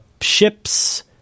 ships